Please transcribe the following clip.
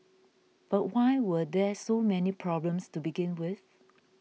but why were there so many problems to begin with